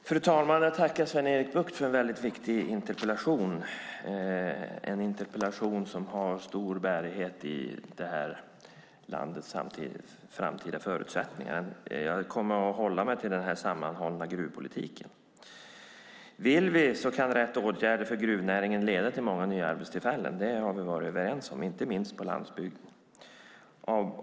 Fru talman! Jag tackar Sven-Erik Bucht för en viktig interpellation, en interpellation som har stor bärighet i detta lands framtida förutsättningar. Jag kommer att hålla mig till den sammanhållna gruvpolitiken. Vill vi kan rätt åtgärder för gruvnäringen leda till många nya arbetstillfällen. Det har vi varit överens om, inte minst på landsbygden.